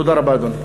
תודה רבה, אדוני.